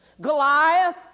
Goliath